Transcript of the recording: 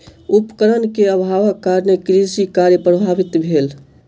उपकरण के अभावक कारणेँ कृषि कार्य प्रभावित भेल